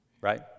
Right